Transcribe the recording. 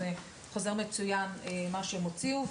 זה חוזר מצוין מה שהם הוציאו.